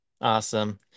Awesome